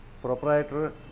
Proprietor